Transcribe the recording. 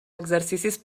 exercicis